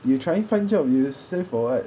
you trying find job you save for what